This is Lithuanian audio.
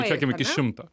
tarkim iki šimto